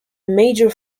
major